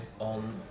on